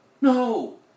No